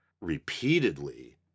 repeatedly